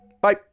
Bye